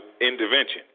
intervention